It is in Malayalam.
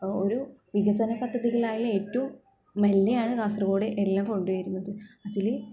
ഒരു വികസന പദ്ധതികളായാലും ഏറ്റവും മെല്ലെയാണ് കാസർഗോട് എല്ലാം കൊണ്ട് വരുന്നത് അതിൽ